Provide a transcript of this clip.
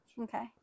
okay